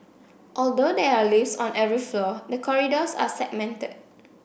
although there are lifts on every floor the corridors are segmented